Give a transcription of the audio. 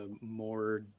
more